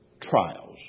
trials